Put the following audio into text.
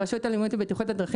הרשות הלאומית לבטיחות בדרכים,